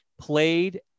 played